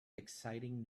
exciting